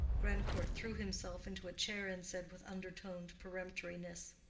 grandcourt threw himself into a chair and said, with undertoned peremptoriness,